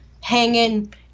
hanging